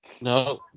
No